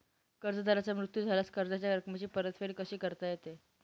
कर्जदाराचा मृत्यू झाल्यास कर्जाच्या रकमेची परतफेड कशी करता येते?